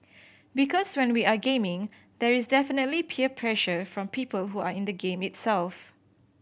because when we are gaming there is definitely peer pressure from people who are in the game itself